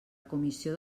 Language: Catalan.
comissió